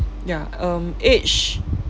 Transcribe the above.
ya um age